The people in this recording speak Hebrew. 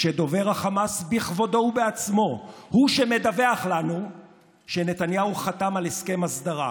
כשדובר החמאס בכבודו ובעצמו הוא שמדווח לנו שנתניהו חתם על הסכם הסדרה.